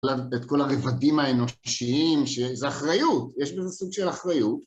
את כל הרבדים האנושיים, שזה אחריות, יש בזה סוג של אחריות.